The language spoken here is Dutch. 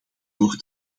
voor